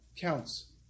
counts